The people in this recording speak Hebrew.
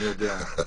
אני יודע.